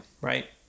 right